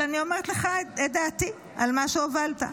אבל אני אומרת לך את דעתי על מה שהובלת.